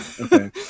Okay